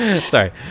sorry